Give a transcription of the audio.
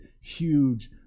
huge